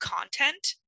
content